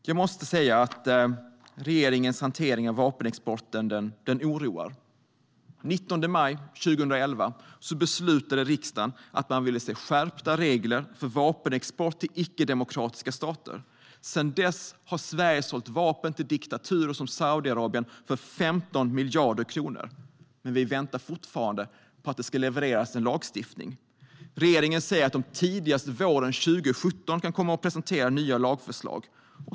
Jag måste säga att regeringens hantering av vapenexporten oroar. Den 19 maj 2011 beslutade riksdagen att man ville se skärpta regler för vapenexport till icke-demokratiska stater. Sedan dess har Sverige sålt vapen till diktaturer som Saudiarabien för 15 miljarder kronor. Men vi väntar fortfarande på att en lagstiftning ska levereras. Regeringen säger att de tidigast våren 2017 kan komma att presentera nya lagförslag.